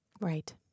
Right